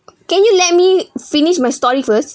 can you let me finish my story first